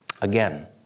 again